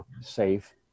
safe